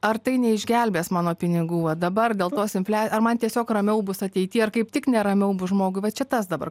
ar tai neišgelbės mano pinigų va dabar dėl tos inflia ar man tiesiog ramiau bus ateity ar kaip tik neramiau bus žmogui vat čia tas dabar